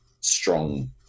strong